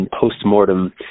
post-mortem